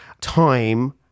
time